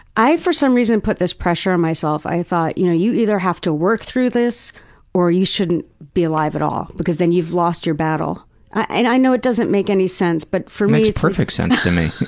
i, for some reason, put this pressure on myself. i thought, you know, you either have to work through this or you shouldn't be alive at all. because then you've lost your battle. and i know it doesn't make any sense but for makes perfect sense to me.